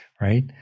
Right